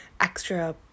extra